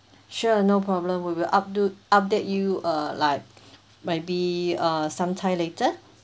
sure no problem we will updut~ update you uh like maybe uh sometime later